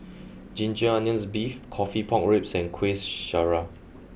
Ginger Onions Beef Coffee Pork Ribs and Kueh Syara